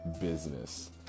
business